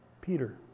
Peter